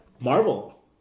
Marvel